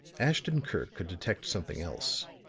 ashton-kirk could detect something else.